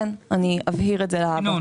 אבהיר את זה להבא.